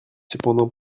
cependant